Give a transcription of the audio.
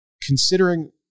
considering